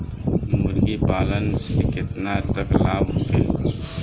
मुर्गी पालन से केतना तक लाभ होखे?